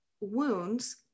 wounds